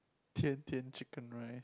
Tian-Tian chicken rice